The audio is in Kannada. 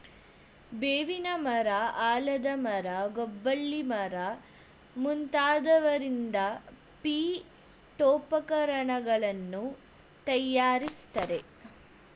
ಬೇವಿನ ಮರ, ಆಲದ ಮರ, ಗೊಬ್ಬಳಿ ಮರ ಮುಂತಾದವರಿಂದ ಪೀಠೋಪಕರಣಗಳನ್ನು ತಯಾರಿಸ್ತರೆ